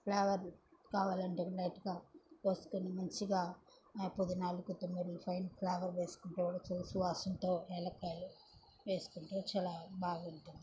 flavour కావాలంటే కూడా లైట్గా కోసుకొని మంచిగా పుదీనాలు కొత్తిమీరలు పైన ఫ్లేవర్ వేసుకుంటే కూడా చు సువాసనతో యాలక్కాయలు వేసుకుంటే చాలా బాగుంటుంది